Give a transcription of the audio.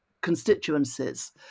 constituencies